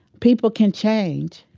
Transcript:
people can change.